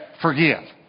forgive